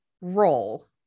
role